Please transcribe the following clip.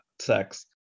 sex